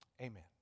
Amen